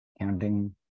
Counting